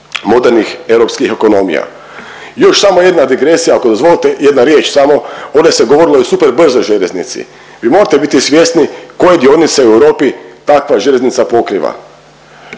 modernih europskih ekonomija. Još samo jedna digresija ako dozvolite, jedna riječ samo. Ovdje se govorilo i o super brzoj željeznici. Vi morate biti svjesni koje dionice u Europi takva željeznica pokriva.